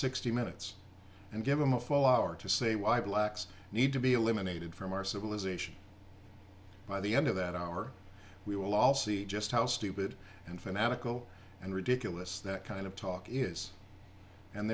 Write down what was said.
sixty minutes and give them a full hour to say why blacks need to be eliminated from our civilization by the end of that hour we will all see just how stupid and fanatical and ridiculous that kind of talk is and